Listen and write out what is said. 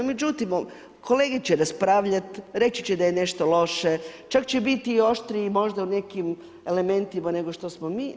No, međutim, kolege će raspravljati, reći će da je nešto loše, čak će biti i oštriji možda u nekim elementima nego što smo mi.